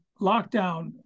lockdown